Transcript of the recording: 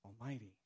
almighty